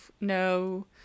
No